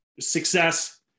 success